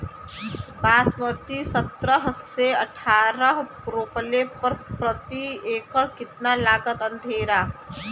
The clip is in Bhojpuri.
बासमती सत्रह से अठारह रोपले पर प्रति एकड़ कितना लागत अंधेरा?